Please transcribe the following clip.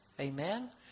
Amen